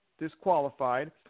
disqualified